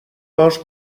باش